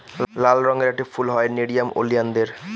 লাল রঙের একটি ফুল হয় নেরিয়াম ওলিয়ানদের